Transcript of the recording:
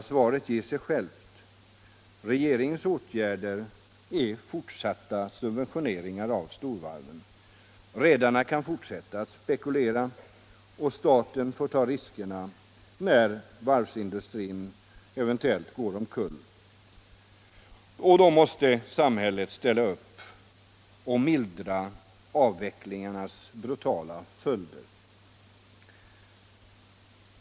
Svaret ger sig självt. Regeringens åtgärder innebär fortsatt subventionering av storvarven. Redarna kan fortsätta att spekulera, och staten tar riskerna. Då varvsindustrin eventuellt går omkull måste samhället ställa upp och mildra avvecklingens brutala följder.